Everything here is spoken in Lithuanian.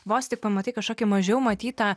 vos tik pamatai kažkokį mažiau matytą